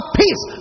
peace